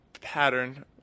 pattern